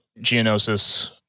Geonosis